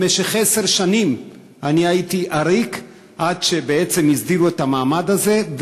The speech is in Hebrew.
במשך עשר שנים הייתי עריק עד שבעצם הסדירו את המעמד הזה,